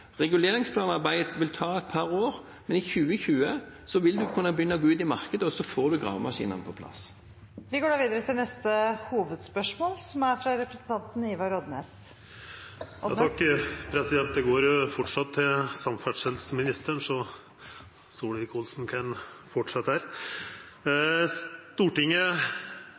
Reguleringsplanarbeidet vil ta et par år, men i 2020 vil en kunne begynne å gå ut i markedet, og da får en gravemaskinene på plass. Vi går videre til neste hovedspørsmål. Spørsmålet går framleis til samferdselsministeren, så Solvik-Olsen kan fortsetja her. Stortinget